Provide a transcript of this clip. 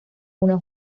una